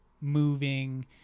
moving